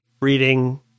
reading